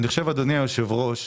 אדוני היושב-ראש,